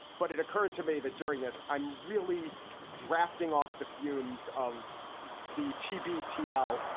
but it occurred to me that during this i'm really drafting off the fumes of the t b t l.